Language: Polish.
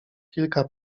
kilka